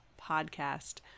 podcast